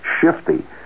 shifty